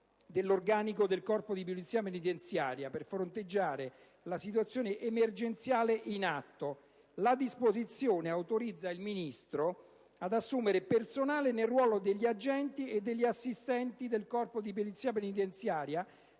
dell'organico del Corpo di Polizia penitenziaria per fronteggiare la situazione emergenziale in atto. La disposizione autorizza il Ministro ad assumere personale nel ruolo degli agenti e degli assistenti del Corpo di Polizia penitenziaria,